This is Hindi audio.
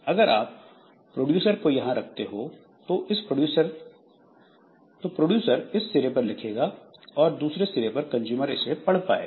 अगर आप प्रोड्यूसर को यहां रखते हो तो प्रड्यूसर इस सिरे पर लिखेगा और दूसरे सिरे पर कंजूमर इसे पढ़ पाएगा